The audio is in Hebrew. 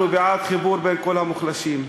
אנחנו בעד חיבור בין כל המוחלשים,